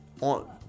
on